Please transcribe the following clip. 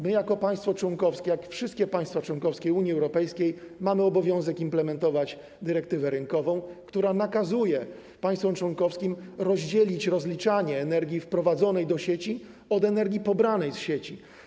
My jako państwo członkowskie, jak wszystkie państwa członkowskie Unii Europejskiej, mamy obowiązek implementować dyrektywę rynkową, która nakazuje państwom członkowskim rozdzielić rozliczanie energii wprowadzonej do sieci od energii pobranej z sieci.